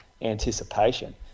anticipation